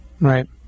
Right